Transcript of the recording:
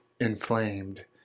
inflamed